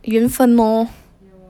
缘分 lor